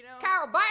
Carol